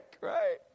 right